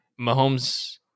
Mahomes